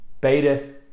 beta